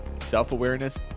self-awareness